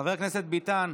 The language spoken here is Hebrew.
חבר הכנסת ביטן.